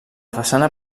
façana